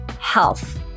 health